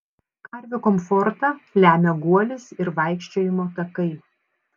karvių komfortą lemia guolis ir vaikščiojimo takai